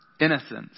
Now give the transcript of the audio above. innocence